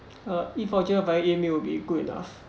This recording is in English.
uh e voucher via email will be good enough